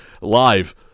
live